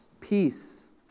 peace